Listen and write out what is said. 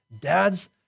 Dads